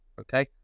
Okay